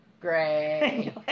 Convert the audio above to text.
Great